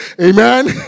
Amen